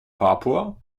papua